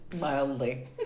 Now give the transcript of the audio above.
mildly